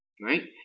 right